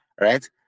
right